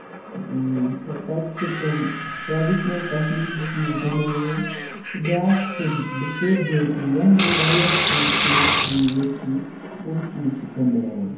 تہٕ تَتہِ چھِ تِم ٹریڈِشنل کَشمیٖری چیٖز بَناوان تہٕ بیاکھ چھُ بیٚیہِ سیوٚد بیکری یَتھ منٛز واریاہ چیٖز پیسٹری ویسٹری یِم چیٖز چھِ کٕنہٕ یِوان